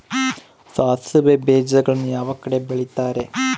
ಸಾಸಿವೆ ಬೇಜಗಳನ್ನ ಯಾವ ಕಡೆ ಬೆಳಿತಾರೆ?